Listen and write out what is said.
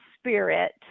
spirit